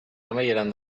amaieran